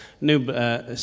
new